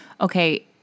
okay